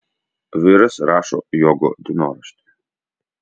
vyras rašo jogo dienoraštį